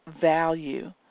value